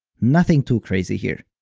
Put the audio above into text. nothing too crazy here.